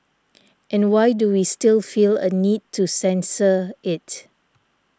and why do we still feel a need to censor it